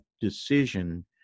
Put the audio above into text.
decision